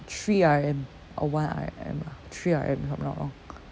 three R_M or one R_M lah three R_M if I'm not wrong